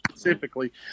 Specifically